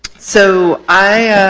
so i